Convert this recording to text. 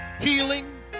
Healing